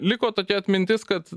liko tokia atmintis kad